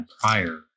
prior